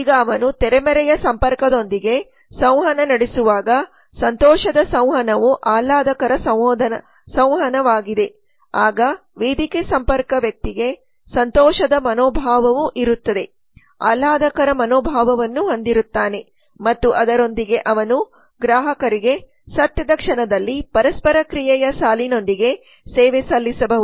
ಈಗ ಅವನು ತೆರೆಮರೆಯ ಸಂಪರ್ಕದೊಂದಿಗೆ ಸಂವಹನ ನಡೆಸುವಾಗ ಸಂತೋಷದ ಸಂವಹನವು ಆಹ್ಲಾದಕರ ಸಂವಹನವಾಗಿದೆ ಆಗ ವೇದಿಕೆ ಸಂಪರ್ಕ ವ್ಯಕ್ತಿಗೆ ಸಂತೋಷದ ಮನೋಭಾವವೂ ಇರುತ್ತದೆ ಆಹ್ಲಾದಕರ ಮನೋಭಾವವನ್ನು ಹೊಂದಿರುತ್ತಾನೆ ಮತ್ತು ಅದರೊಂದಿಗೆ ಅವನು ಗ್ರಾಹಕರಿಗೆ ಸತ್ಯದ ಕ್ಷಣದಲ್ಲಿ ಪರಸ್ಪರ ಕ್ರಿಯೆಯ ಸಾಲಿನೊಂದಿಗೆ ಸೇವೆ ಸಲ್ಲಿಸಬಹುದು